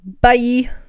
bye